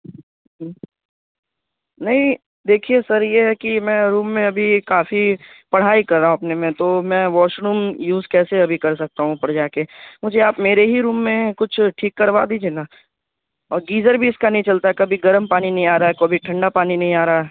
ہوں نہیں دیکھیے سر یہ ہے کہ میں روم میں ابھی کافی پڑھائی کر رہا ہوں اپنے میں تو میں واش روم یوز کیسے ابھی کر سکتا ہوں اوپر جا کے مجھے آپ میرے ہی روم میں کچھ ٹھیک کروا دیجیے نا اور گیزر بھی اس کا نہیں چلتا کبھی گرم پانی نہیں آ رہا ہے کبھی ٹھنڈا پانی نہیں آ رہا ہے